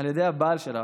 בידי הבעל שלה,